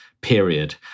period